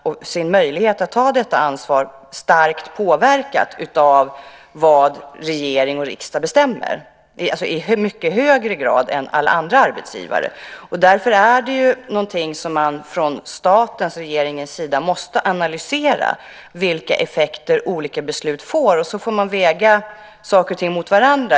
Deras möjlighet att ta detta ansvar är också starkt påverkat av vad regering och riksdag bestämmer, alltså i mycket högre grad än alla andra arbetsgivares. Därför måste man från statens och regeringens sida analysera vilka effekter olika beslut får och därefter väga saker och ting mot varandra.